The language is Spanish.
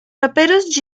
raperos